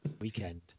weekend